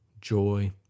joy